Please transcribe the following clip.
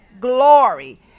glory